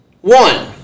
one